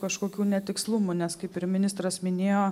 kažkokių netikslumų nes kaip ir ministras minėjo